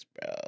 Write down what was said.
bro